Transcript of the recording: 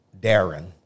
Darren